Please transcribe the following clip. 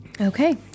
Okay